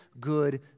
good